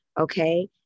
okay